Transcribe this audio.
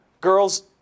Girls